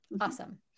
Awesome